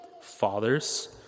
Fathers